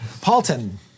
Paulton